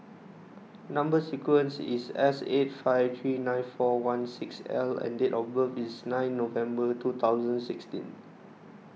Number Sequence is S eight five three nine four one six L and date of birth is nine November two thousand sixteen